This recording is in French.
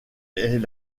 est